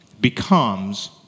becomes